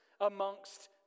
amongst